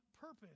purpose